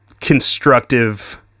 constructive